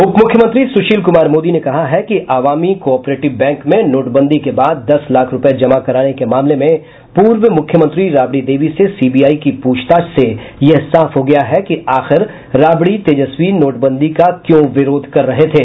उपमुख्यमंत्री सुशील कुमार मोदी ने कहा है कि आवामी कोऑपरेटिव बैंक में नोटबंदी के बाद दस लाख रुपये जमा कराने के मामले में पूर्व मुख्यमंत्री राबड़ी देवी से सीबीआई की पूछताछ से यह साफ हो गया है कि आखिर राबड़ी तेजस्वी नोटबंदी का क्यों विरोध कर रहे थे